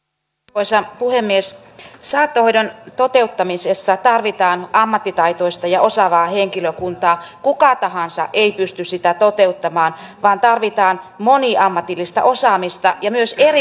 arvoisa puhemies saattohoidon toteuttamisessa tarvitaan ammattitaitoista ja osaavaa henkilökuntaa kuka tahansa ei pysty sitä toteuttamaan vaan tarvitaan moniammatillista osaamista ja myös